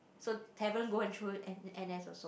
so haven't go and through N~ N_S also